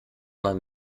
man